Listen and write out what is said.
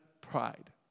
pride